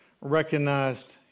recognized